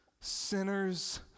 sinners